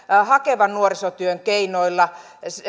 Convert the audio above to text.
hakevan nuorisotyön keinoilla